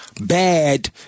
bad